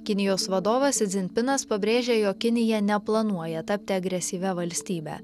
kinijos vadovas idzin pinas pabrėžė jog kinija neplanuoja tapti agresyvia valstybe